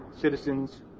citizens